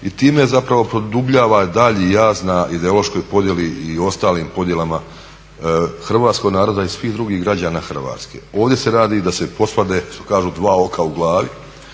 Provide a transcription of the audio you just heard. i time zapravo produbljava dalji jaz na ideološkoj podjeli i ostalim podjelama hrvatskog naroda i svih drugih građana Hrvatske. Ovdje se radi da se posvade što kažu dva oka u glavi